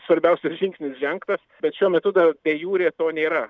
svarbiausias žingsnis žengtas bet šiuo metu dar de jure to nėra